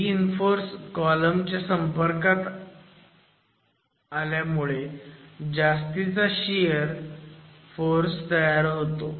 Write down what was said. reinforce column च्या संपर्कात आल्यामुळे जास्तीचा शियर फोर्स तयार होतो